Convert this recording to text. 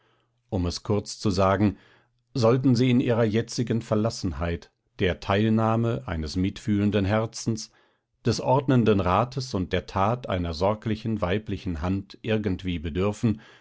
um es kurz zu sagen sollten sie in ihrer jetzigen verlassenheit der teilnahme eines mitfühlenden herzens des ordnenden rates und der tat einer sorglichen weiblichen hand irgendwie bedürfen